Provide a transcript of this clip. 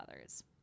others